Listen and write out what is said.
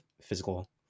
physical